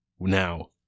Now